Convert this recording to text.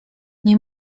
nie